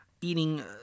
eating